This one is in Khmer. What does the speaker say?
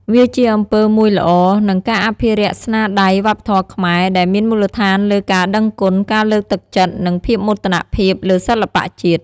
វាជាអំពើមួយល្អ និងការអភិរក្សស្នាមដៃវប្បធម៌ខ្មែរ ដែលមានមូលដ្ឋានលើការដឹងគុណ ការលើកទឹកចិត្ត និងភាពមោទនភាពលើសិល្បៈជាតិ។